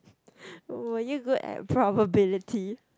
were you good at probability